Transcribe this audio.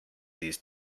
these